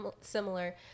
similar